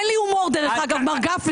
אין לי הומור, דרך אגב, מר גפני.